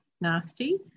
nasty